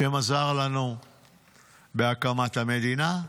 השם עזר לנו בהקמת המדינה,